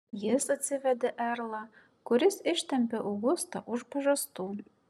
jis atsivedė erlą kuris ištempė augustą už pažastų